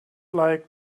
like